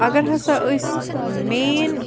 اگر ہَسا أسۍ مین